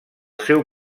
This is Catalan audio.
seu